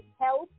Health